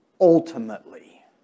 ultimately